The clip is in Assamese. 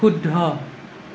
শুদ্ধ